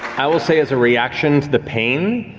i will say, as a reaction to the pain,